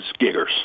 giggers